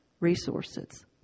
resources